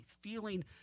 feeling